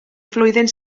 flwyddyn